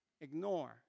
ignore